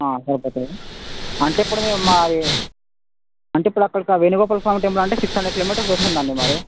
సరిపోతాయి అంటే ఇప్పుడు మీరు మా అవి అంటే ఇప్పుడు అక్కడికి ఆ వేణుగోపాల స్వామి టెంపుల్ అంటే సిక్స్ హండ్రెడ్ కిలోమీటర్స్ వస్తుంది అండి మరి